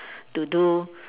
to do